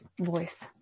voice